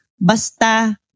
basta